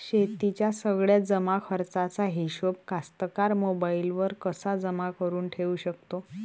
शेतीच्या सगळ्या जमाखर्चाचा हिशोब कास्तकार मोबाईलवर कसा जमा करुन ठेऊ शकते?